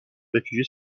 réfugier